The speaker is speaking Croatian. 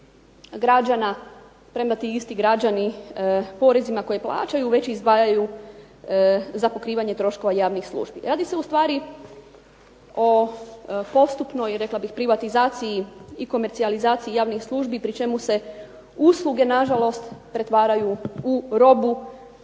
građana, premda ti isti građani porezima koje plaćaju već izdvajaju za pokrivanje troškova javnih službi. Radi se u stvari o postupnoj, rekla bih privatizaciji i komercijalizaciji javnih službi pri čemu se usluge na žalost pretvaraju u robu